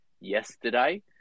yesterday